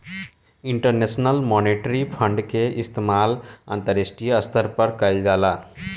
international monetary fund के इस्तमाल अंतरराष्ट्रीय स्तर पर कईल जाला